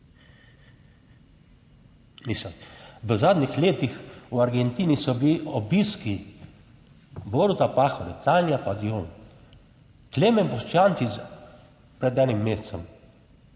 v zadnjih letih. V Argentini so bili obiski Boruta Pahorja, Tanje Fajon, Klemen Boštjančič pred enim mesecem,